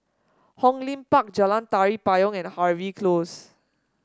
Hong Lim Park Jalan Tari Payong and Harvey Close